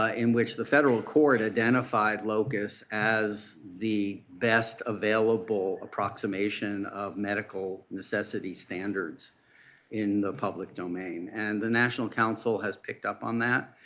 ah in which the federal court identified locus as the best available approximation of medical necessity standards in the public domain. and the national council has picked up on that.